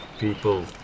people